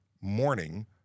morning